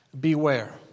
Beware